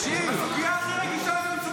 ההצעה הכי רגישה נוגעת לעניינים של נתניהו?